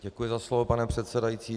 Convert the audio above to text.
Děkuji za slovo, pane předsedající.